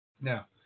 Now